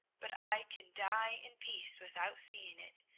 but i can die in peace without seeing it,